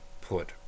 put